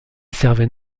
servait